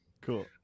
Cool